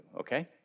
Okay